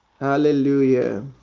hallelujah